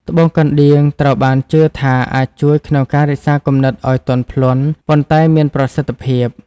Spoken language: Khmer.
ត្បូងកណ្ដៀង ត្រូវបានជឿថាអាចជួយក្នុងការរក្សាគំនិតឲ្យទន់ភ្លន់ ប៉ុន្តែមានប្រសិទ្ធភាព។